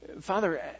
Father